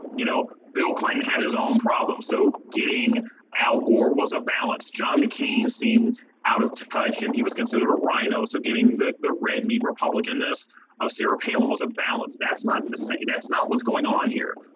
you know, bill clinton had his own problem. so getting al gore was a balance. john mccain seems out of touch and he was considered a rino. so getting the the red meat republican, this sarah palin was a balance. that's not to say that's not what's going on here.